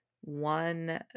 one